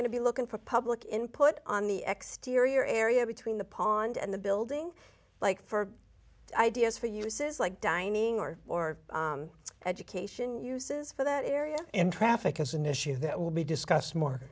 going to be looking for public input on the exterior area between the pond and the building like for ideas for uses like dining or or education uses for that area and traffic is an issue that will be discussed more